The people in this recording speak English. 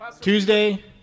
tuesday